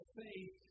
faith